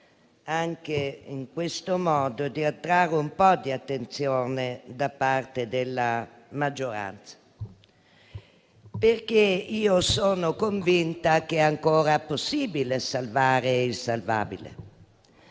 anche in questo modo di attirare un po' di attenzione da parte della maggioranza, perché sono convinta che sia ancora possibile salvare il salvabile.